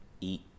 eat